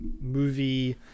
movie